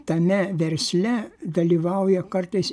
tame versle dalyvauja kartais